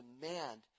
demand